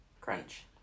Crunch